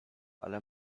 ale